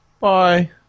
Bye